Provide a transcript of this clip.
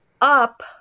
up